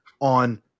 on